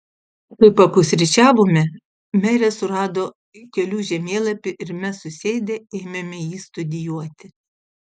kai papusryčiavome merė surado kelių žemėlapį ir mes susėdę ėmėme jį studijuoti